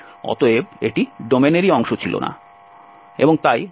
অতএব এটি ডোমেইনের অংশ ছিল না এবং তাই এটি প্রযোজ্য নয়